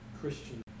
Christian